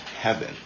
heaven